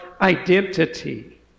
identity